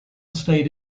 stayed